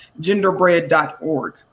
genderbread.org